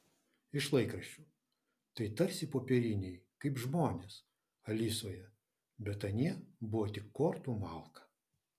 iš laikraščių tai tarsi popieriniai kaip žmonės alisoje bet anie buvo tik kortų malka